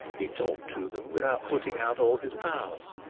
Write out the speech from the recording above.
he talked to them without putting out all his powers,